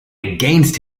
against